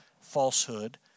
falsehood